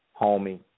Homie